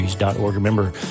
Remember